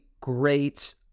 great